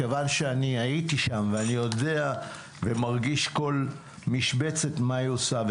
מכיוון שאני הייתי שם ואני יודע ומרגיש כל משבצת מה היא עושה,